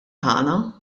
tagħna